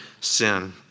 sin